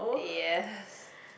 yes